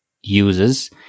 uses